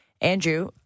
Andrew